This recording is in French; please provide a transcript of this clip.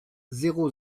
zéro